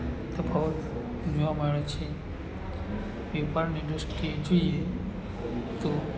તફાવત જોવા મળે છે વેપારની દૃષ્ટિએ જોઈએ તો